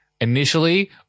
initially